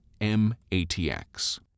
MATX